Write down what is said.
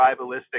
tribalistic